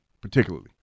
particularly